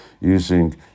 using